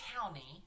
county